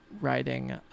writing